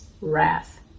wrath